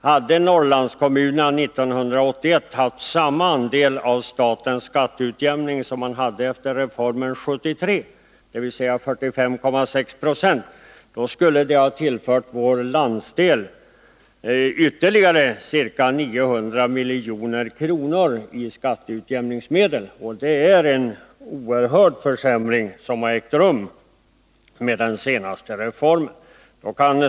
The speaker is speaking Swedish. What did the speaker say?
Hade Norrlandskommunerna 1981 haft samma andel av statens skatteutjämning som man hade efter reformen 1973, dvs. 45,6 2, då skulle det ha tillfört vår landsdel ytterligare ca 900 milj.kr. i skatteutjämningsmedel. Det är en oerhörd försämring som har ägt rum i och med den senaste reformen.